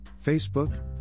Facebook